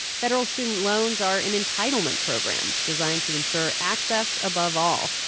federal student loans are an entitlement program, designed to ensure access above all.